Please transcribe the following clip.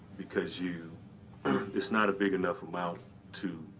because you it's not a big enough amount to